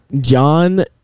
John